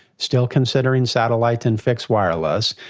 still considering satellite and fixed wireless,